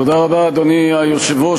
אדוני היושב-ראש,